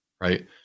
right